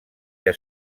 que